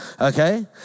Okay